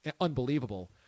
unbelievable